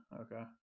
okay